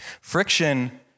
Friction